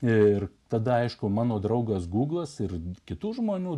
ir tada aišku mano draugas google ir kitų žmonių